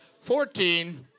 Fourteen